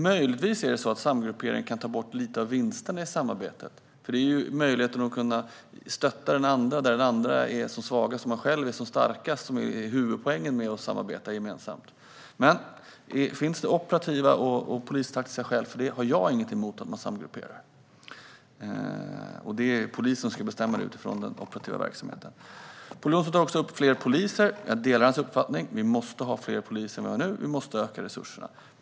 Möjligtvis kan samgruppering ta bort en liten del av vinsterna i samarbetet - huvudpoängen med att samarbeta är ju möjligheten att kunna stötta den andra där den är som svagast och där man själv är som starkast. Men om det finns operativa och polistaktiska skäl för samgruppering har jag inget emot att man samgrupperar. Det är polisen som ska bestämma detta utifrån den operativa verksamheten. Pål Jonson tar också upp frågan om fler poliser. Jag delar hans uppfattning. Vi måste ha fler poliser än vad vi har nu, och vi måste öka resurserna.